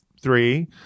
three